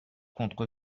contre